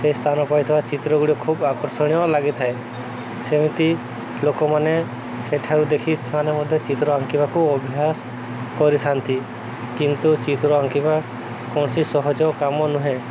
ସେ ସ୍ଥାନ ପାଇଥିବା ଚିତ୍ର ଗୁଡ଼ି ଖୁବ ଆକର୍ଷଣୀୟ ଲାଗିଥାଏ ସେମିତି ଲୋକମାନେ ସେଠାରୁ ଦେଖି ସେମାନେ ମଧ୍ୟ ଚିତ୍ର ଆଙ୍କିବାକୁ ଅଭ୍ୟାସ କରିଥାନ୍ତି କିନ୍ତୁ ଚିତ୍ର ଆଙ୍କିବା କୌଣସି ସହଜ କାମ ନୁହେଁ